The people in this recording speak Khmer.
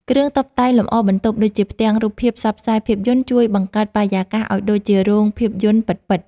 គ្រឿងតុបតែងលម្អបន្ទប់ ដូចជាផ្ទាំងរូបភាពផ្សព្វផ្សាយភាពយន្ត ជួយបង្កើតបរិយាកាសឱ្យដូចជារោងភាពយន្តពិតៗ។